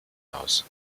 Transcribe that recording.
aus